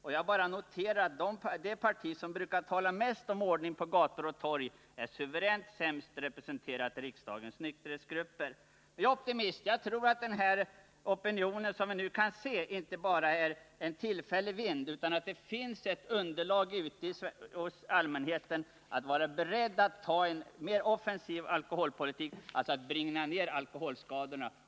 Jag vill bara konstatera att det parti som brukar tala mest om ordning på gator och torg är suveränt sämst representerat i riksdagens nykterhetsgrupper. Men jag är optimist. Jag tror att den opinion vi nu kan se inte bara är en tillfällig historia, utan att det finns grund för att allmänheten är beredd att acceptera en mer offensiv alkoholpolitik för att bringa ner alkoholskadorna.